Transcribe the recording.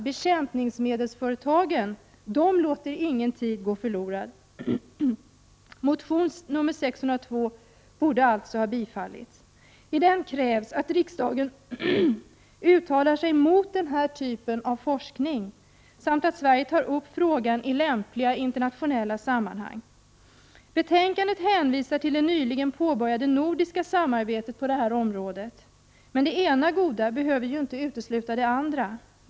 Bekämpningsmedelsföretagen låter nämligen ingen tid gå förlorad. Motion Jo602 borde alltså ha bifallits. I den krävs att riksdagen uttalar sig mot den här typen av forskning samt att Sverige tar upp frågan i lämpliga internationella sammanhang. Betänkandet hänvisar till det nyligen påbörjade nordiska samarbetet på det här området, men det ena goda behöver ju inte utesluta det andra.